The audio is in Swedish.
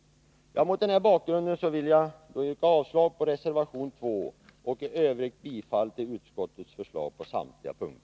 Mot den här bakgrunden vill jag yrka avslag på reservation 2 och i övrigt bifall till utskottets förslag på samtliga punkter.